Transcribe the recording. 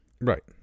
right